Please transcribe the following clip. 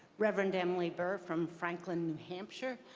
reverend emily burke from franklin, new hampshire.